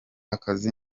akazi